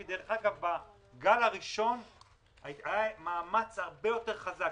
בגל הראשון היה מאמץ הרבה יותר חזק,